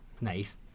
nice